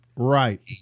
Right